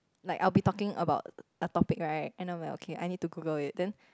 like I'll be talking about a topic right and I'm like okay I need to Google it then